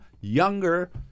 younger